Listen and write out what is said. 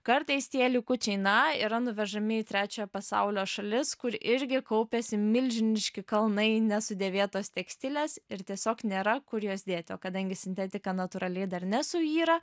kartais tie likučiai na yra nuvežami į trečiojo pasaulio šalis kur irgi kaupiasi milžiniški kalnai nesudėvėtos tekstilės ir tiesiog nėra kur jos dėti o kadangi sintetika natūraliai dar nesuyra